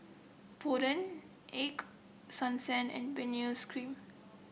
Polident Ego Sunsense and Benzac Cream